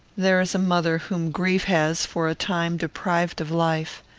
there is a mother whom grief has, for a time, deprived of life.